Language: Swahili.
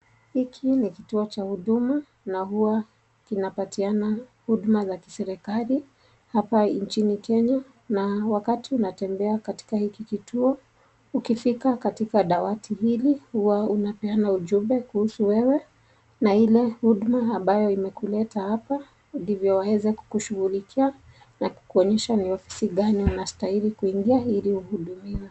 Hiki ni kituo cha huduma na huwa kinapatiana huduma za kiserikali hapa nchini Kenya na wakati unatembea katika hiki kituo ukifika katika dawati hili huwa unapeana ujumbe kuhusu wewe na ile huduma ambayo imekuleta hapa ndivyo waweze kukushughulikia na kukuonyesha ni ofisi gani unastahili kuingia ili uhudumiwe.